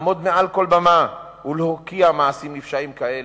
לעמוד מעל כל במה ולהוקיע מעשים נפשעים כאלה.